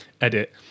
edit